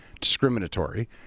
discriminatory